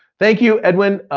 thank you, edwin,